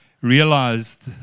realized